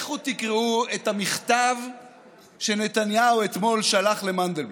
לכו תקראו את המכתב שנתניהו שלח אתמול למנדלבליט.